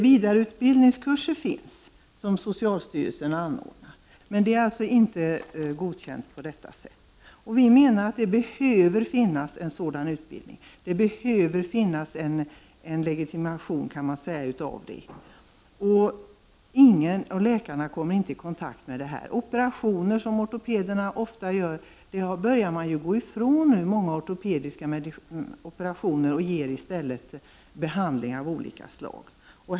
Vidareutbildningskurser finns; dem anordnar socialstyrelsen, men det är inte godkänt på det sätt som vi vill åstadkomma. Vi menar att det behöver finnas en sådan utbildning och att det behövs ett slags legitimation av den som bedriver den verksamheten. Läkarna kommer nu inte i kontakt med det här ämnesområdet i sin grundutbildning. Många av de operationer som ortopederna gör börjar man nu gå ifrån för att i stället ge behandling av olika slag.